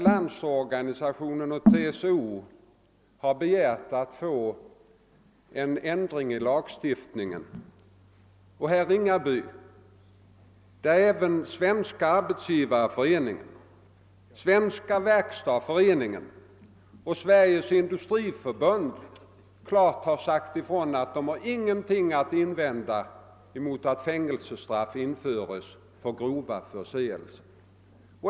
Landsorganisationen och TCO har begärt att få en ändring i lagstiftningen, och Svenska arbetsgivareföreningen, Svenska verkstadsföreningen och Sveriges industriförbund har klart sagt ifrån att de har ingenting att invända mot att fängelsestraff införs för grova förseelser.